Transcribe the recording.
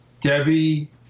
Debbie